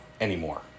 anymore